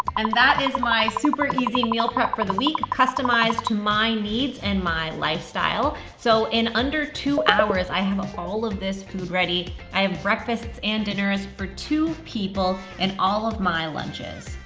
um that is my super easy meal prep for the week, customized to my needs and my lifestyle. so in under two hours i have all of this food ready. i have breakfasts and dinners for two people and all of my lunches.